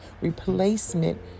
Replacement